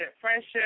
friendship